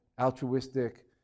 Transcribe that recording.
altruistic